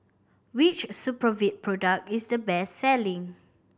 which Supravit product is the best selling